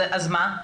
אז מה?